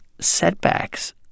setbacks